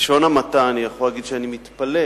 בלשון המעטה אני יכול להגיד שאני מתפלא,